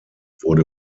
wurde